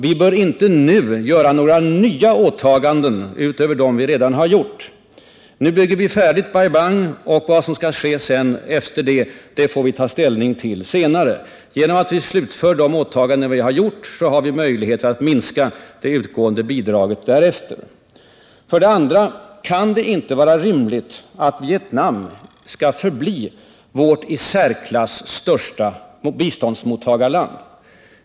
Vi bör inte nu göra några nya åtaganden utöver dem vi redan gjort. Nu bygger vi färdigt i Bai Bang, och vad som sedan skall ske får vi ta ställning till senare. Genom att vi slutför åtaganden vi gjort har vi möjligheter att minska det utgående bidraget därefter. 2. Det kan inte vara rimligt att Vietnam skall förbli vårt i särklass största biståndsmottagarland.